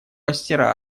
мастера